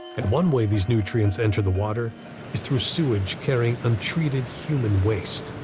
and one way these nutrients enter the water is through sewage carrying untreated human waste.